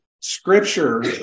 Scripture